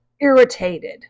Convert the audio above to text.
irritated